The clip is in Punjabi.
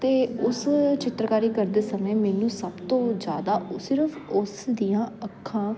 ਅਤੇ ਉਸ ਚਿੱਤਰਕਾਰੀ ਕਰਦੇ ਸਮੇਂ ਮੈਨੂੰ ਸਭ ਤੋਂ ਜ਼ਿਆਦਾ ਉਹ ਸਿਰਫ ਉਸ ਦੀਆਂ ਅੱਖਾਂ